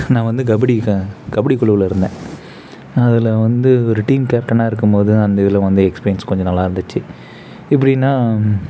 நான் வந்து கபடியில கபடிக் குழுவில் இருந்தேன் அதில் வந்து ஒரு டீம் கேப்டனாக இருக்கும்போது அந்த இதில் வந்து எக்ஸ்பீரியன்ஸ் கொஞ்சம் நல்லா இருந்துச்சு எப்படின்னா